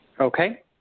Okay